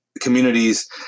communities